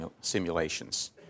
simulations